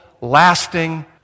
lasting